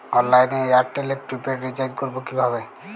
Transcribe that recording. অনলাইনে এয়ারটেলে prepaid recharge করবো কিভাবে?